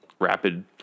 rapid